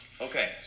Okay